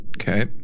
Okay